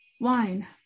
wine